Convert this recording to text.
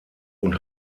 und